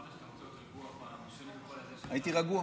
אמרת שאתה רוצה להיות רגוע הפעם, הייתי רגוע.